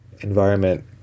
environment